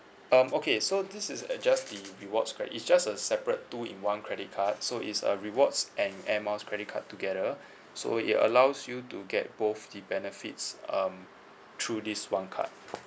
um okay so this is uh just the rewards credit it's just a separate two in one credit card so it's a rewards and air miles credit card together so it allows you to get both the benefits um through this one card